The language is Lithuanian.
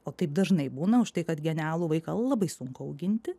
o taip dažnai būna už tai kad genialų vaiką labai sunku auginti